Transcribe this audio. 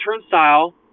turnstile